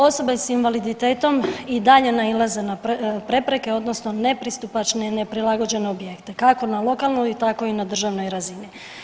Osobe s invaliditetom i dalje nailaze na prepreke odnosno nepristupačne i neprilagođene objekte kako na lokalnoj tako i na državnoj razini.